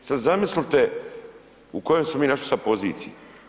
Sad zamislite u kojoj smo se našli sad poziciji.